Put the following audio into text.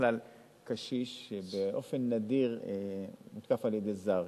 קשיש באופן נדיר מותקף על-ידי זר,